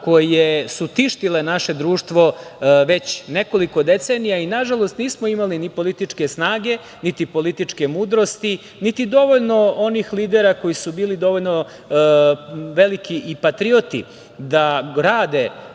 koje su tištile naše društvo već nekoliko decenija i, nažalost, nismo imali ni političke snage, niti političke mudrosti, niti dovoljno onih lidera koji su bili dovoljno veliki i patriote, da rade